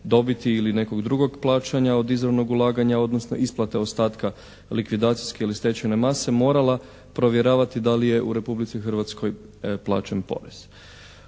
dobiti ili nekog drugog plaćanja od izravnog ulaganja, odnosno isplate ostatka likvidacijske ili stečajne mase morala provjeravati da li je u Republici Hrvatskoj plaćen porez.